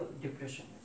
depression